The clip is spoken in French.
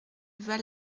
val